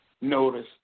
notice